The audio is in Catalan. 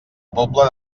pobla